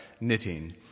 knitting